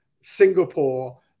Singapore